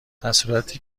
درصورتی